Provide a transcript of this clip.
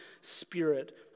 spirit